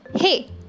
Hey